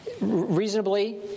reasonably